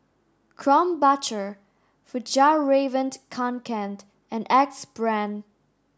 Krombacher Fjallraven Kanken and Axe Brand